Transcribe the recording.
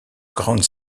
grande